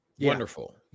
Wonderful